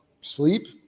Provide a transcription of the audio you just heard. sleep